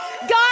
God